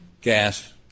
gas